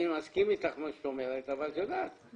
אני מסכים עם מה שאת אומרת אבל את יודעת,